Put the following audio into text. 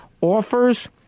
offers